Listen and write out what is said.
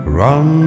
run